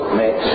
mix